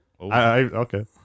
Okay